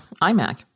iMac